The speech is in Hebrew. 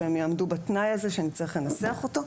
והם יעמדו בתנאי הזה שנצטרך לנסח אותו,